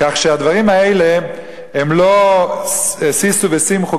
כך שהדברים האלה הם לא שישו ושמחו,